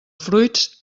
fruits